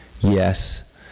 yes